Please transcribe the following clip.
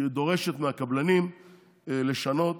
היא דורשת מהקבלנים לשנות